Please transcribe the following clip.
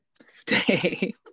stay